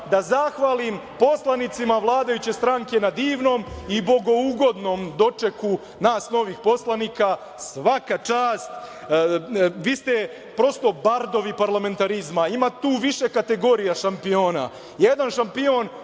da zahvalim poslanicima vladajuće stranke na divnom i bogougodnom dočeku nas novih poslanika. Svaka čast. Vi ste prosto bardovi parlamentarizma. Ima tu više kategorija šampiona Jedan šampion